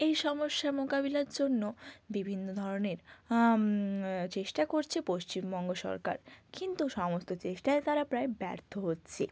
এই সমস্যা মোকাবিলার জন্য বিভিন্ন ধরনের চেষ্টা করছে পশ্চিমবঙ্গ সরকার কিন্তু সমস্ত চেষ্টায় তারা প্রায় ব্যর্থ হচ্ছে